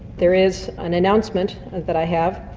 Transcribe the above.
there is an announcement that i have.